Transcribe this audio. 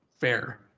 fair